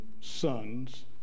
sons